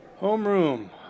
Homeroom